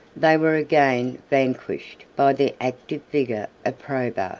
they were again vanquished by the active vigor of probus,